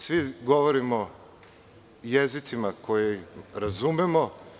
Svi govorimo jezicima koje razumemo.